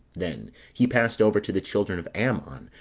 then he passed over to the children of ammon,